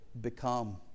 become